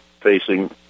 facing